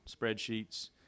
spreadsheets